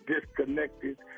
disconnected